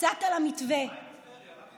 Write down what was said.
מה עם טבריה?